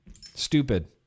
stupid